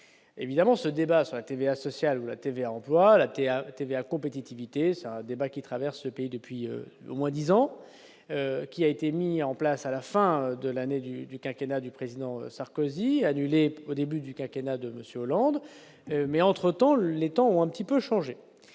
évidemment ce débat sur la TVA sociale, la TVA emploi à TVA compétitivité c'est un débat qui traverse le pays depuis au moins 10 ans, qui a été mis en place à la fin de l'année du du quinquennat du président Sarkozy a annulé au début du quinquennat de Monsieur Hollande, mais entre-temps les temps où un petit peu changé